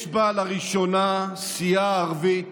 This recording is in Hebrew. יש בה לראשונה סיעה ערבית,